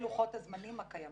בלוחות הזמנים הקיימים.